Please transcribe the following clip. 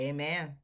Amen